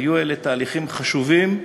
היו אלה תהליכים חשובים,